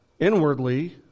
inwardly